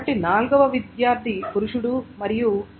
కాబట్టి నాల్గవ విద్యార్థి పురుషుడు మరియు డి